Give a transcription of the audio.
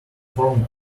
form